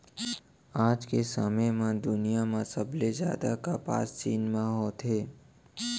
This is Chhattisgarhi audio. आज के समे म दुनिया म सबले जादा कपसा चीन म होथे